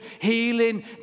healing